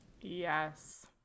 Yes